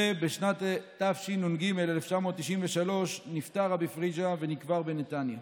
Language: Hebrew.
ובשנת תשנ"ג, 1993, נפטר רבי פריג'א ונקבר בנתניה.